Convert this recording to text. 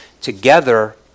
together